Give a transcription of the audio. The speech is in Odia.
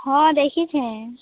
ହଁ ଦେଖିଛେଁ